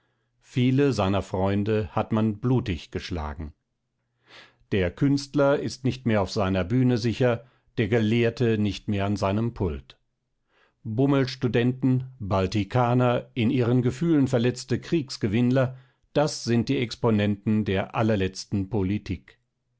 viele seiner freunde hat man blutig geschlagen der künstler ist nicht mehr auf seiner bühne sicher der gelehrte nicht mehr an seinem pult bummelstudenten baltikaner in ihren gefühlen verletzte kriegsgewinnler das sind die exponenten der allerletzten politik